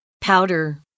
Powder